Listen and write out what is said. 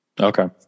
Okay